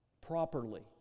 Properly